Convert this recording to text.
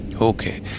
Okay